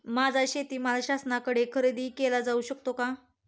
माझा शेतीमाल शासनाकडे खरेदी केला जाऊ शकतो का?